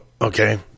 okay